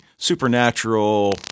Supernatural